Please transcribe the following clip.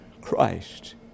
Christ